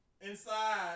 Inside